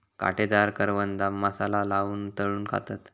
काटेदार करवंदा मसाला लाऊन तळून खातत